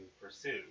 pursue